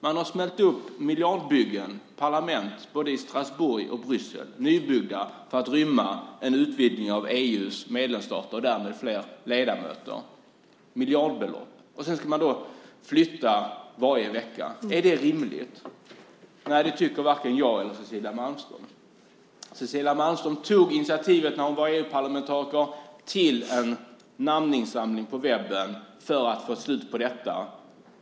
Man har smällt upp miljardbyggen för parlamentet i både Strasbourg och Bryssel, nybyggda för att rymma fler ledamöter efter en utvidgning av EU. Det handlar om miljardbelopp. Och så ska man flytta varje vecka. Är det rimligt? Det tycker varken jag eller Cecilia Malmström. Cecilia Malmström tog när hon var EU-parlamentariker initiativet till en namninsamling på webben för att få slut på detta.